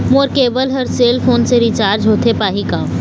मोर केबल हर cell phone से रिचार्ज होथे पाही का?